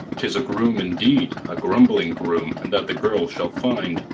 tis a groom indeed, a grumbling groom, and that the girl shall find.